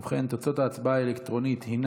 ובכן, תוצאות ההצבעה האלקטרונית הן